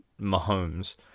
Mahomes